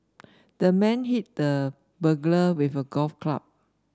the man hit the burglar with a golf club